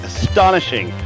Astonishing